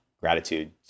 gratitude